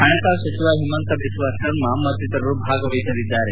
ಹಣಕಾಸು ಸಚಿವ ಹಿಮಂತ ಬಿಸ್ಲಾ ಸರ್ಮಾ ಮತ್ತಿತರರು ಭಾಗವಹಿಸಲಿದ್ದಾರೆ